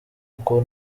uko